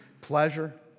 pleasure